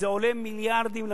זה עולה מיליארדים למדינה.